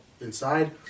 inside